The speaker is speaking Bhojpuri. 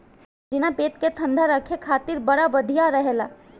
पुदीना पेट के ठंडा राखे खातिर बड़ा बढ़िया रहेला